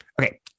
Okay